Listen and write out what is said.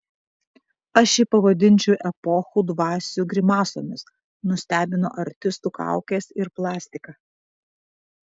aš jį pavadinčiau epochų dvasių grimasomis nustebino artistų kaukės ir plastika